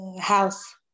House